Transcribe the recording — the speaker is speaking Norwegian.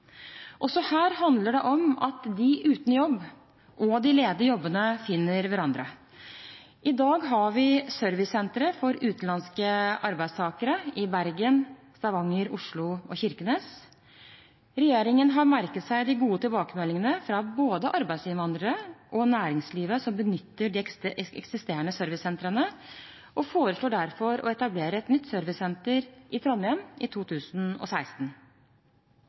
Også her handler det om at de uten jobb og de ledige jobbene finner hverandre. I dag har vi servicesentre for utenlandske arbeidstakere i Bergen, Stavanger, Oslo og Kirkenes. Regjeringen har merket seg de gode tilbakemeldingene fra både arbeidsinnvandrerne og næringslivet som benytter de eksisterende servicesentrene, og foreslår derfor å etablere et nytt servicesenter i Trondheim i 2016.